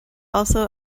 also